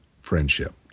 friendship